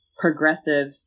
progressive